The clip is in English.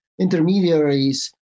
intermediaries